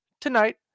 tonight